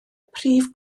prif